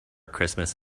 christmas